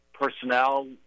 personnel